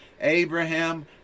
Abraham